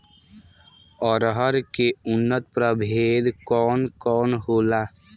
अरहर के उन्नत प्रभेद कौन कौनहोला?